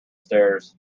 stairs